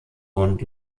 und